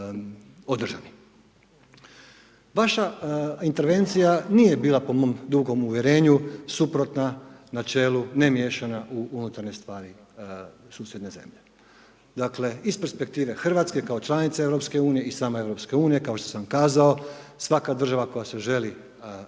Vaša intervencija nije bila po mom dugom uvjerenju suprotna načelu ne miješanja u unutarnje stvari susjedne zemlje. Dakle, iz perspektive Hrvatske kao članice Europske unije i same Europske unije kao što sam kazao svaka država koja se želi pridružiti